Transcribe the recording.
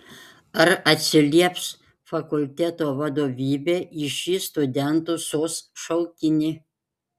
ar atsilieps fakulteto vadovybė į šį studentų sos šaukinį